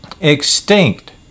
extinct